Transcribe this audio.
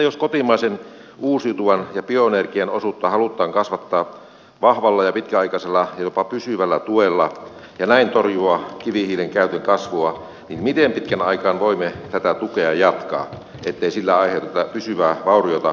jos kotimaisen uusiutuvan ja bioenergian osuutta halutaan kasvattaa vahvalla ja pitkäaikaisella ja jopa pysyvällä tuella ja näin torjua kivihiilen käytön kasvua niin miten pitkän aikaa voimme tätä tukea jatkaa ettei sillä aiheuteta pysyvää vauriota kilpailukykyymme